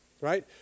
right